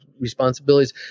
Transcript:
responsibilities